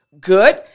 Good